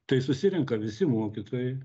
tai susirenka visi mokytojai